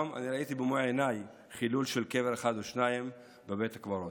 גם ראיתי במו עיניי חילול של קבר אחד או שניים בבית הקברות,